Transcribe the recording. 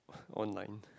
online